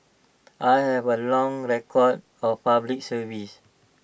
I have A long record of Public Service